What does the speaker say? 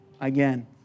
again